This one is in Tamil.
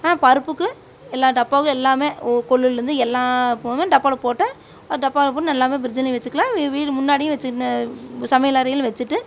பருப்புக்கு எல்லா டப்பாவும் எல்லாம் கொள்ளுலேருந்து எல்லா பொருளும் டப்பாவில் போட்டு அது டப்பாவில் போட்டு எல்லாம் பிரிட்ஜுலேயும் வைச்சுக்கலாம் முன்னாடியும் வச்சின்னு சமையலறையில் வெச்சுட்டு